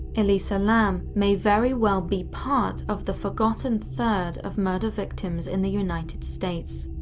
elisa lam may very well be part of the forgotten third of murder victims in the united states.